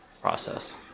process